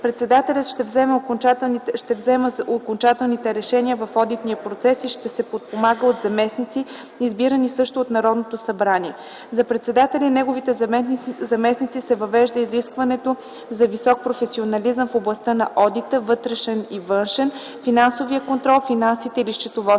Председателят ще взема окончателните решения в одитния процес и ще се подпомага от заместници, избирани също от Народното събрание. За председателя и неговите заместници се въвежда изискването за висок професионализъм в областта на одита (вътрешен и външен), финансовия контрол, финансите или счетоводството.